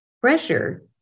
pressure